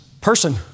person